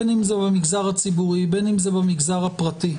בין אם זה במגזר הציבורי ובין אם זה במגזר הפרטי,